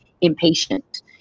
impatient